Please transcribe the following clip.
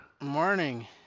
Morning